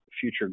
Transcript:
future